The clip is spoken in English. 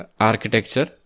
architecture